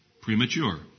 premature